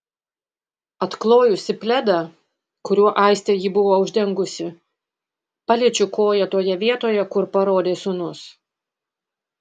atklojusi pledą kuriuo aistė jį buvo uždengusi paliečiu koją toje vietoje kur parodė sūnus